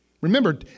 Remember